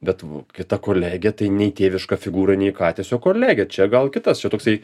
bet kita kolegė tai nei tėviška figūra nei ką tiesiog kolegė čia gal kitas čia toksai